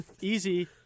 Easy